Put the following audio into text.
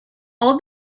all